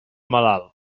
malalt